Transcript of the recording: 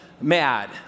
mad